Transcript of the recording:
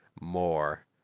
more